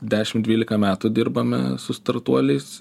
dešim dvylika metų dirbame su startuoliais